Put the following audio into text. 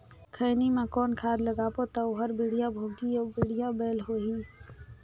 खैनी मा कौन खाद लगाबो ता ओहार बेडिया भोगही अउ बढ़िया बैल होही?